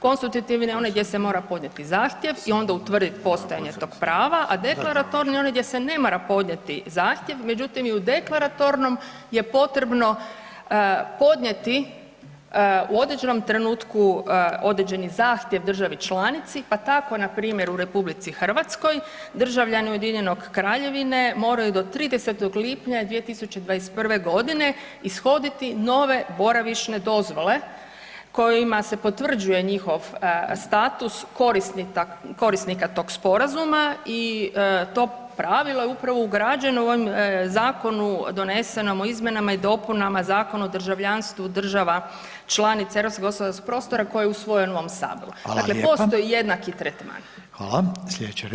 Konstitutivni je onaj gdje se mora podnijeti zahtjev i onda utvrditi postojanje tog prava, a deklaratorni je onaj gdje se ne mora podnijeti zahtjev, međutim, i u deklaratornom je potrebno podnijeti u određenom trenutku određeni zahtjev državi članici, pa tako npr. u RH državljani UK-e moraju do 30. lipnja 2021. g. ishoditi nove boravišne dozvole kojima se potvrđuje njihov status korisnika tog sporazuma i to pravilo je upravo ugrađeno u ovom zakonu donesenom o izmjenama i dopunama Zakona o državljanstvu država članica Europskog gospodarskog prostora koji je usvojen u ovom Saboru [[Upadica: Hvala.]] Dakle postoji jednaki tretman.